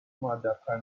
مودبتر